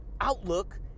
outlook